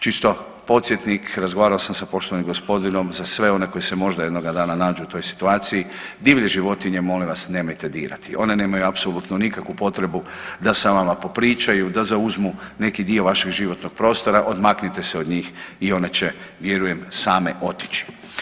Čisto podsjetnik, razgovaramo sam s poštovanim gospodinom, za sve one koji se možda jednoga dana nađu u toj situaciji, divlje životinje nemojte molim vas dirati, one nemaju apsolutno nikakvu potrebu da sa vama popričaju, da zauzmu neki dio vašeg životnog prostora, odmaknite se od njih i one će vjerujem same otići.